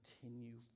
continue